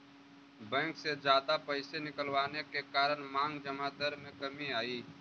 bank से जादा पैसे निकलवाने के कारण मांग जमा दर में कमी आई